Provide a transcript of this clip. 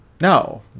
No